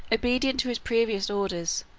obedient to his previous orders,